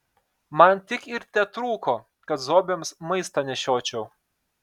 man tik ir tetrūko kad zombiams maistą nešiočiau